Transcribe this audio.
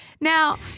Now